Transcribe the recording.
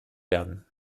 werden